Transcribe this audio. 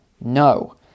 no